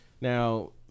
now